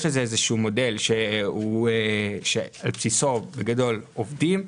יש לזה איזשהו מודל שעל בסיסו בגדול עובדים.